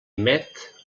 met